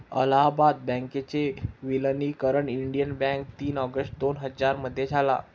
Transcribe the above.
अलाहाबाद बँकेच विलनीकरण Indian Bank तीन ऑगस्ट दोन हजार मध्ये झालं